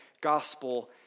gospel